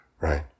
Right